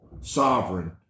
sovereign